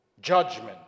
judgment